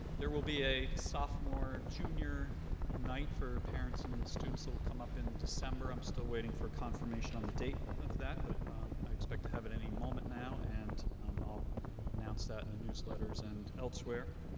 there will be a sophomore junior night for parents and students will come up in december i'm still waiting for confirmation on the date of that but i expect to have at any moment now and um i'll announce that in the newsletters and elsewhere